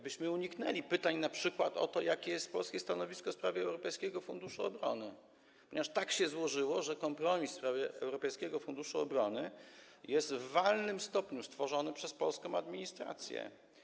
Bo inaczej uniknęlibyśmy pytań np. o to, jakie jest polskie stanowisko w sprawie Europejskiego Funduszu Obronnego, ponieważ tak się złożyło, że kompromis w sprawie Europejskiego Funduszu Obronego jest w walnym stopniu stworzony przez polską administrację.